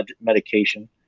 medication